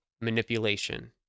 manipulation